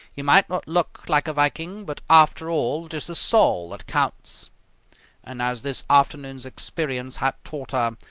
he might not look like a viking, but after all it is the soul that counts and, as this afternoon's experience had taught her,